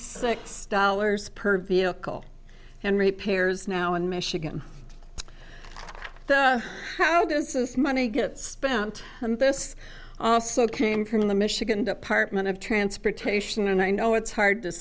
six dollars per vehicle and repairs now in michigan how this is money gets spent and this also came from the michigan department of transportation and i know it's hard to